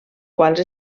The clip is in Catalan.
quals